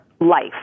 life